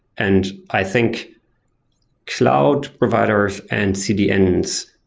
and i think cloud providers and cdns,